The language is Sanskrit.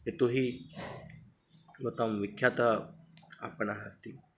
यतो हि भवतां विख्यातः आपणः अस्ति